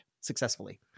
successfully